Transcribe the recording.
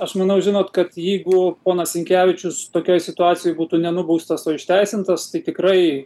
aš manau žinot kad jeigu ponas sinkevičius tokioj situacijoj būtų nenubaustas o išteisintas tai tikrai